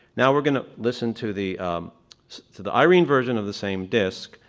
now we're going to listen to the to the irene version of the same disc,